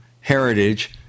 heritage